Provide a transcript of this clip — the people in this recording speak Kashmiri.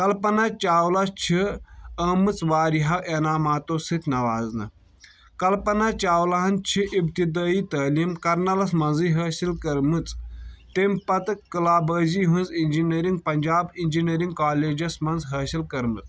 کلپنہ چاولہ چھ آمژ واریاہو انعاماتو سۭتۍ نوازنہٕ کلپنہ چاولہن چھِ ابتدٲیی تعلیم کرنلس منزۍ حٲصل کٔرمٕژ تمہِ پتہٕ کلابٲزی ہنٛز انجیٖنیرگ پنجاب انجیٖنیرگ کالیجس منٛز حٲصل کرمژ